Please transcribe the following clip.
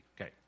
Okay